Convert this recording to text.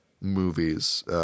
movies